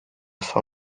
fin